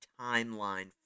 timeline